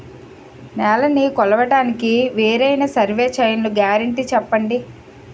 నేలనీ కొలవడానికి వేరైన సర్వే చైన్లు గ్యారంటీ చెప్పండి?